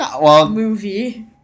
movie